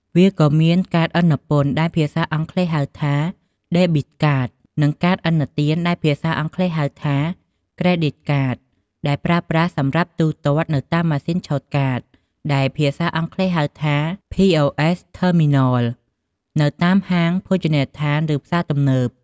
វាក៏មានកាតឥណពន្ធ ដែលភាសាអង់គ្លេសហៅថា ដេប៊ីត ខាត (Debit Card) និងកាតឥណទាន ដែលភាសាអង់គ្លេសហៅថា ក្រេឌីត ខាត (Credit Card) ដែលប្រើប្រាស់សម្រាប់ទូទាត់នៅតាមម៉ាស៊ីនឆូតកាត ដែលភាសាអង់គ្លេសហៅថា ភី អូ អេស ថឺមីណល (POS Terminal) នៅតាមហាង ភោជនីយដ្ឋាន ឬផ្សារទំនើប។